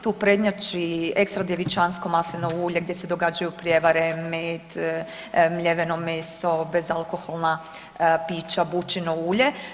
Tu prednjači ekstra djevičansko maslinovo ulje gdje se događaju prijevare, med, mljeveno meso, bezalkoholna pića, bućino ulje.